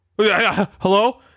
hello